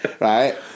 right